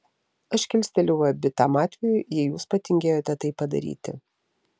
aš kilstelėjau abi tam atvejui jei jūs patingėjote tai padaryti